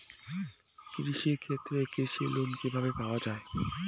কৃষি ক্ষেত্রে কৃষি লোন কিভাবে পাওয়া য়ায়?